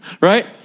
right